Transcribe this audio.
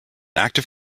active